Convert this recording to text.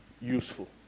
useful